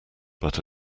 but